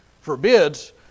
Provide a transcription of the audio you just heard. forbids